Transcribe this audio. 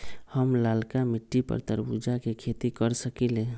हम लालका मिट्टी पर तरबूज के खेती कर सकीले?